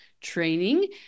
training